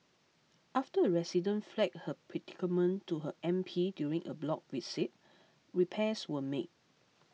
after a resident flagged her predicament to her M P during a block visit repairs were made